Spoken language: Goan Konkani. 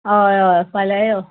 हय हय फाल्यां यो